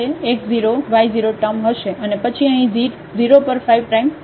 તેથી જ્યારે t 0 છે તેથી આપણી પાસેx0 y 0 ટર્મ હશે અને પછી અહીં 0 પર phi પ્રાઇમ મળશે